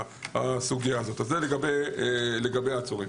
זה לגבי העצורים.